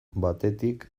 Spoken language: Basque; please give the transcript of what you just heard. batetik